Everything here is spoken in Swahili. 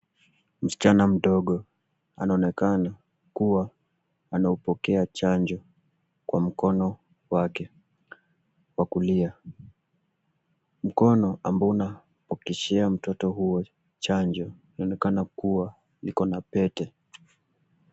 Msichana mdogo anaonekana kuwa anaupokea chanjo kwa mkono wake wa kulia. Mkono ambao unapitishia mtoto huyo chanjo inaonekana kuwa liko na pete.